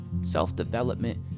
self-development